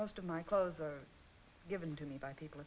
most of my clothes are given to me by people